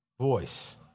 voice